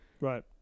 right